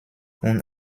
und